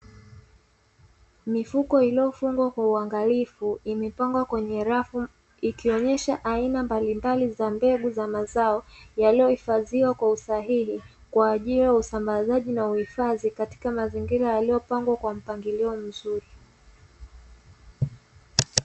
Mifuko iliyofungwa kwa uangalifu imepangwa kwenye rafu ikionyesha aina mbalimbali za mbegu za mazao yaliyohifadhiwa kwa usahihi, kwaajili ya usambazaji na uhifadhi katika mazingira yaliyopangwa kwa mpangilio mzuri.